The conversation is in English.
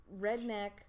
redneck